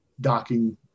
docking